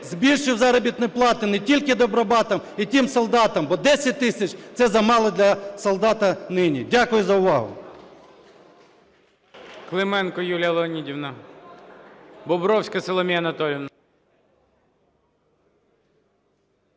збільшив заробітні плати не тільки добробатам і тим солдатам, бо 10 тисяч, це замало для солдата нині. Дякую за увагу.